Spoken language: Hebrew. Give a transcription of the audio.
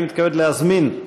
אני מתכבד להזמין,